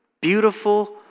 beautiful